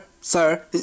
sir